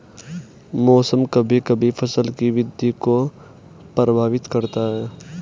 मौसम कभी कभी फसल की वृद्धि को प्रभावित करता है